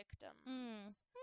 victims